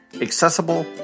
accessible